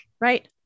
right